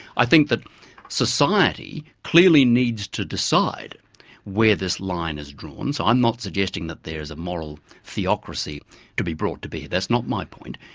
i think that society clearly needs to decide where this line is drawn. so i'm not suggesting that there's a moral theocracy to be brought to bear. that's not my point.